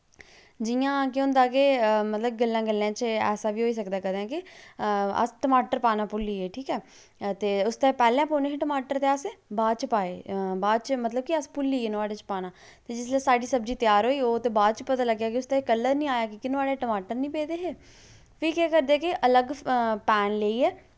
जियां केह् होंदा के मतलब गल्लें गल्लें च ऐसा बी होई सकदा कदें के अस टमाटर पाना भुल्लिये ठीक ऐ अते उसदै पैह्लैं पौने हे टमाटर ते अस बाद च पाए बाद च मतलब कि अस भुल्लिये नुआढ़े च पाना ते जिसलै साढ़ी सब्जी तैयार होई ओह् ते बाद च पता लग्गेआ के उसदै च कल्लर नी आया की के नुआढ़े टमाटर नी पेदे हे फ्ही केह् करदे के अलग पैन लेइयै